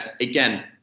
again